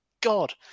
God